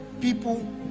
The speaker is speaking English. people